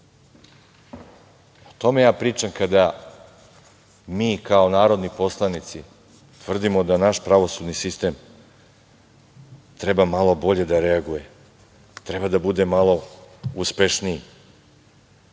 tome ja pričam kada mi kao narodni poslanici tvrdimo da naš pravosudni sistem treba malo bolje da reaguje, treba da bude malo uspešniji.